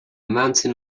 mountain